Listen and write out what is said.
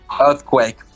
Earthquake